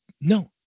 No